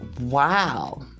Wow